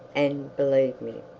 and believe me,